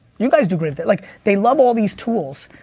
you guys do great. they like they love all these tools.